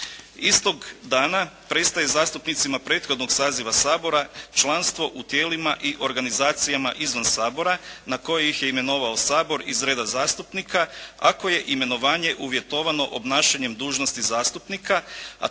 Istog dana prestaje zastupnicima prethodnog saziva Sabora članstvo u tijelima i organizacijama izvan Sabora na koje ih je imenovao Sabor iz reda zastupnika, ako je imenovanje uvjetovano obnašanjem dužnosti zastupnika,